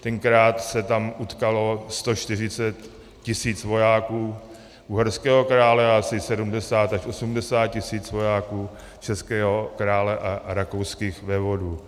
Tenkrát se tam utkalo 140 tisíc vojáků uherského krále a asi 70 až 80 tisíc vojáků českého krále a rakouských vévodů.